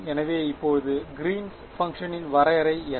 எனவே இப்போது கிரீன்ஸ் பங்க்ஷனின் வரையறை என்ன